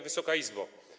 Wysoka Izbo!